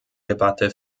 debatte